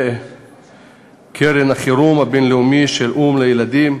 קרן החירום הבין-לאומית של האו"ם לילדים,